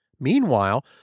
Meanwhile